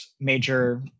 major